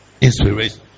Inspiration